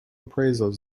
appraisals